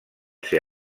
ser